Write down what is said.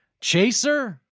chaser